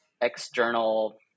external